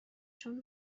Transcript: چون